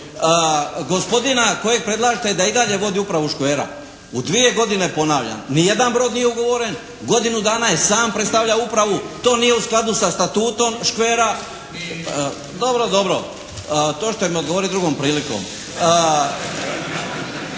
gospodina kojeg predlažete da i dalje vodi upravu škvera. U dvije godine ponavljam, ni jedan brod nije ugovoren, godinu dana je sam predstavljao upravu, to nije u skladu sa statutom škvera …… /Upadica se ne čuje./ … Dobro, dobro. To ćete mi odgovoriti drugom prilikom.